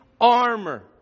armor